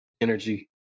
energy